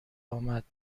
امدبه